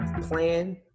plan